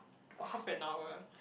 for half an hour